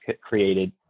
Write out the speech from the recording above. created